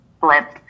blip